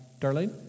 Darlene